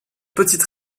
petite